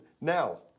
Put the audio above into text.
Now